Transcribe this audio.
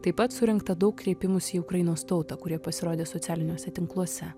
taip pat surinkta daug kreipimųsi į ukrainos tautą kurie pasirodė socialiniuose tinkluose